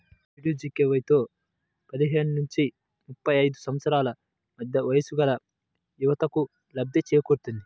డీడీయూజీకేవైతో పదిహేను నుంచి ముప్పై ఐదు సంవత్సరాల మధ్య వయస్సుగల యువతకు లబ్ధి చేకూరుతుంది